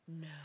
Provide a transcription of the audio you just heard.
No